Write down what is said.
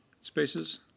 spaces